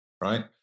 right